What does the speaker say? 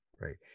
Right